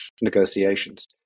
negotiations